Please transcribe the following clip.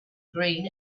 green